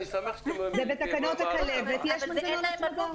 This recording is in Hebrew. בתקנות הכלבת יש מנגנון הצמדה.